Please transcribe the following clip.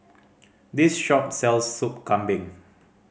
this shop sells Sup Kambing